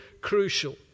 crucial